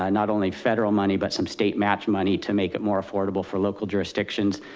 ah not only federal money, but some state match money to make it more affordable for local jurisdictions,